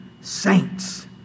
saints